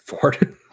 Ford